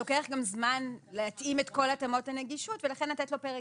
לוקח גם זמן להתאים את כל התאמות הנגישות ולכן לתת לו פרק